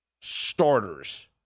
starters